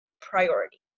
priority